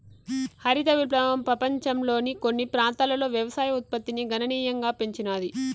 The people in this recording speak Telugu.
హరిత విప్లవం పపంచంలోని కొన్ని ప్రాంతాలలో వ్యవసాయ ఉత్పత్తిని గణనీయంగా పెంచినాది